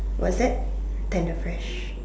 what's that tender fresh